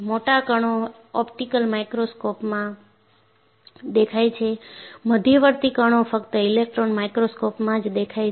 મોટા કણો ઓપ્ટિકલ માઇક્રોસ્કોપમાં દેખાય છે મધ્યવર્તી કણો ફક્ત ઇલેક્ટ્રોન માઇક્રોસ્કોપમાં જ દેખાય છે